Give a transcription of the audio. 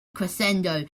crescendo